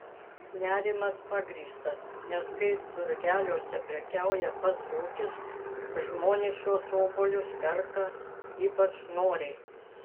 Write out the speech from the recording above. nerimas pagrįstas nes kai turgeliuose prekiauja pats ūkis žmonės šiuos obuolius perka ypač noriai